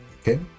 okay